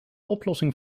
oplossing